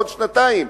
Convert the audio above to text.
בעוד שנתיים,